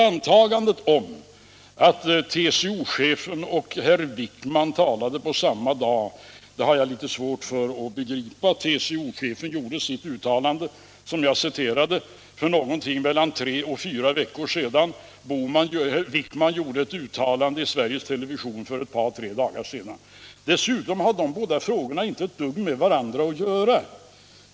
Antagandet att TCO-chefen och herr Wickman talade på samma dag har jag litet svårt att begripa. TCO-chefen gjorde sitt uttalande, som jag citerade, för mellan tre och fyra veckor sedan; herr Wickman gjorde ett uttalande i Sveriges television för ett par tre dagar sedan. Dessutom har de båda frågorna inte ett dugg med varandra att göra.